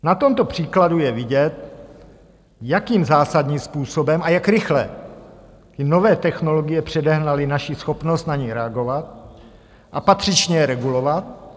Na tomto příkladu je vidět, jakým zásadním způsobem a jak rychle i nové technologie předehnaly naši schopnost na ni reagovat a patřičně je regulovat.